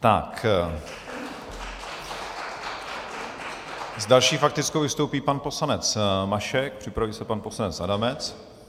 S další faktickou vystoupí pan poslanec Mašek, připraví se pan poslanec Adamec.